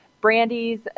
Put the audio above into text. Brandy's